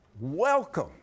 Welcome